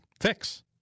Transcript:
fix